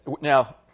Now